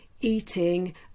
eating